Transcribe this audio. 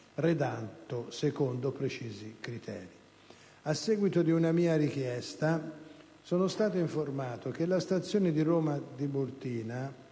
redatti secondo precisi criteri. A seguito di una mia richiesta, sono stato informato che la stazione di Roma Tiburtina